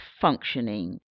functioning